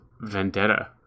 vendetta